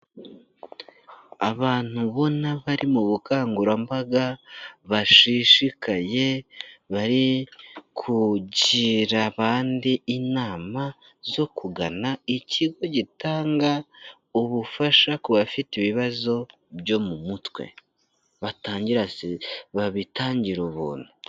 Abantu ubona bari mu bukangurambaga, bashishikaye, bari kugira abandi inama zo kugana ikigo gitanga ubufasha ku bafite ibibazo byo mu mutwe, batangira se babitangira ubuntu.